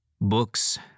books